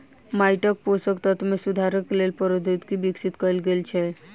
माइटक पोषक तत्व मे सुधारक लेल प्रौद्योगिकी विकसित कयल गेल छै